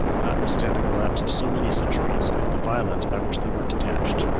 notwithstanding the lapse of so many centuries, and the violence by which they were detached.